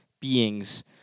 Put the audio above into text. beings